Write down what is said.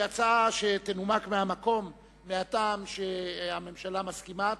שהיא הצעה שתנומק מהמקום מהטעם שהממשלה מסכימה,